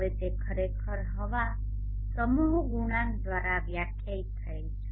હવે તે ખરેખર હવા સમૂહ ગુણાંક દ્વારા વ્યાખ્યાયિત થયેલ છે